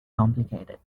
complicated